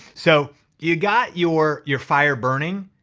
so you got your your fire burning.